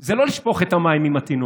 זה לא לשפוך את המים עם התינוק.